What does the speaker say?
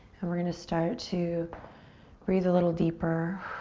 and we're gonna start to breathe a little deeper.